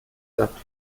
sagt